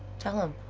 tell him.